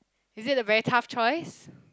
is it a very tough choice